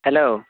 hello